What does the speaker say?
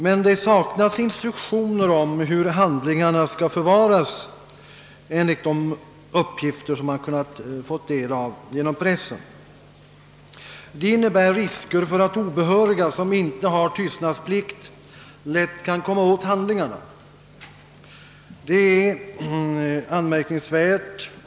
Men det saknas instruktioner om hur handlingarna skall förvaras enligt de uppgifter som man genom pressen kunnat få del av. Detta innebär risk för att obehöriga som inte har tystnadsplikt lätt kan komma åt handlingarna.